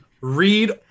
Read